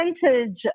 percentage